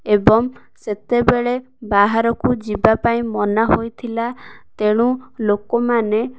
ଏବଂ ସେତେବେଳେ ବାହାରକୁ ଯିବାପାଇଁ ମନା ହୋଇଥିଲା ତେଣୁ ଲୋକମାନେ